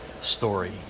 story